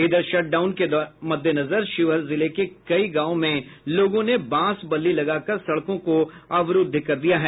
इधर लॉकडाउन के मद्देनजर शिवहर जिले के कई गांवों में लोगों ने बांस बल्ली लगाकर सड़कों को अवरूद्व कर दिया है